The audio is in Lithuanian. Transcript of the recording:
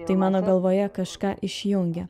tai mano galvoje kažką išjungia